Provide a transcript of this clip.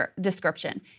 description